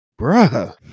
Bruh